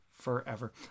forever